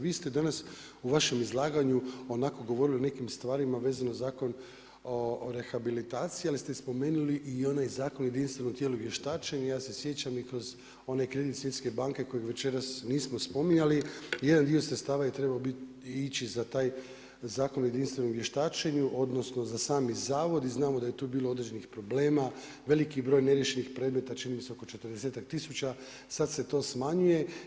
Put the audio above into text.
Vi ste dana u vašem izlaganju onako govorili o nekim stvarima vezano Zakon o rehabilitaciji, ali ste i spomenuli i onaj Zakon o jedinstvenom tijelu vještačenja, ja se sjećam i kroz one kredit Svjetske banke koji večeras nismo spominjali, jedan dio sredstava je trebao ići za taj Zakon o jedinstvenom tijelu vještačenja odnosno za sami zavod i znamo da je tu bilo određenih problema, veliki broj neriješenih predmeta, čini mi se oko četrdesetak tisuća, sad se to smanjuje.